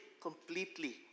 completely